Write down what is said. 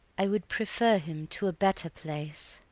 i would prefer him to a better place.